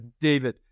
David